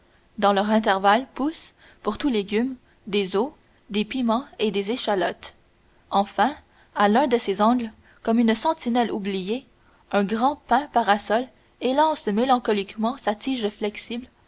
dans leurs intervalles poussent pour tout légume des aulx des piments et des échalotes enfin à l'un de ses angles comme une sentinelle oubliée un grand pin parasol élance mélancoliquement sa tige flexible